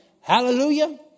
Hallelujah